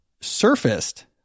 surfaced